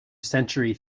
century